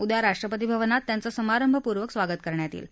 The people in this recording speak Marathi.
उद्या राष्ट्रपती भवनात त्यांचं समारंभपूर्वक स्वागत केलं जाईल